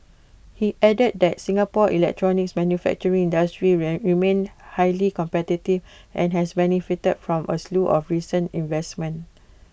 he added that Singapore's electronics manufacturing industry will remained highly competitive and has benefited from A slew of recent investments